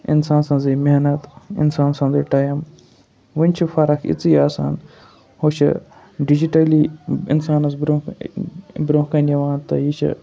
اِنسان سٕنٛزٕے محنت اِنسان سُنٛدٕے ٹایم وۄنۍ چھِ فرق یِژٕے آسان ہُہ چھِ ڈِجٹٔلی اِنسانَس بروںٛہہ بروںٛہہ کَنہِ یِوان تہٕ یہِ چھِ